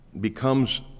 becomes